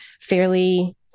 fairly